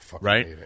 right